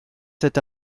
cet